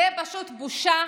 זה פשוט בושה,